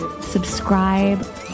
Subscribe